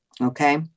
Okay